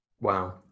Wow